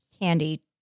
candy